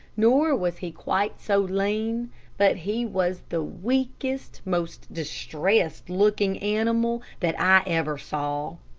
nor was he quite so lean but he was the weakest, most distressed-looking animal that i ever saw.